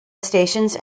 stations